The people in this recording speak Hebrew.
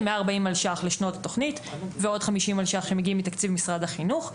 אלף שקלים משנות התוכנית ועוד 50 אלף שקלים שמגיעים מתקציב משרד החינוך.